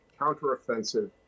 counteroffensive